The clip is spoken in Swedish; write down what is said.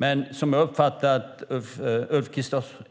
Jag har förstått att Ulf